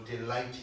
delight